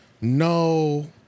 no